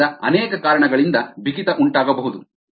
ಆದ್ದರಿಂದ ಅನೇಕ ಕಾರಣಗಳಿಂದ ಬಿಗಿತ ಉಂಟಾಗಬಹುದು